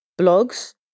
blogs